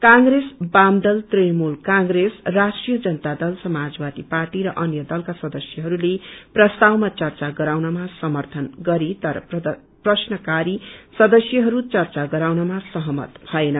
कांप्रेस बामदल तृणमूल कांप्रेस राष्ट्रिय जनता दल समाजवादी पार्टी र अन्य दलका संदस्यहरूले प्रस्तावमा चर्चा गराउनमा समर्थन गरयो तर प्रदर्शनकारी सदस्य चर्चा गराउनमा सहमत भएन